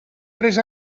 tres